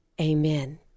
amen